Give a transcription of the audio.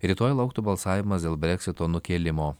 rytoj lauktų balsavimas dėl breksito nukėlimo